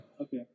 Okay